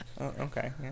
okay